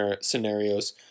scenarios